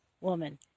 woman